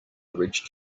reached